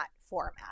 format